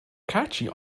catchy